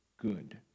good